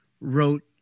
wrote